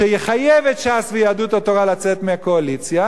שיחייב את ש"ס ויהדות התורה לצאת מהקואליציה,